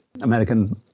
American